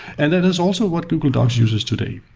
and that is also what google docs uses today.